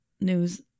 news